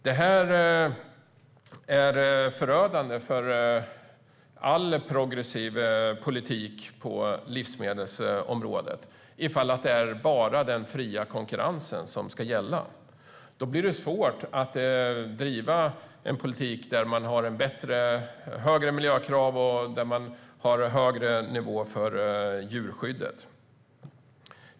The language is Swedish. Det är förödande för all progressiv politik på livsmedelsområdet om det bara är den fria konkurrensen som ska råda. Då blir det svårt att driva en politik där man har högre miljökrav och en högre nivå på djurskyddet.